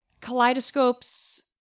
kaleidoscopes